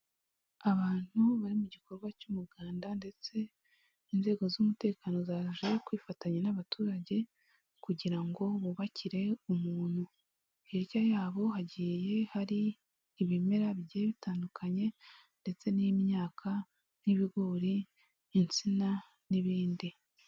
Abantu bari mu gikorwa cy'umuganda ndetse inzego z'umutekano zaje kwifatanya n'abaturage kugira ngo bubakire umuntu. Hirya yabo hagiye hari ibimera bigiye bitandukanye ndetse n'imyaka n'ibigori n'insina n'ibindi.